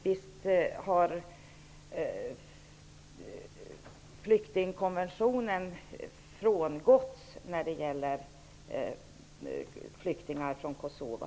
Visst har väl flyktingkonventionen frångåtts när det gäller flyktingar från Kosova.